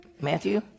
Matthew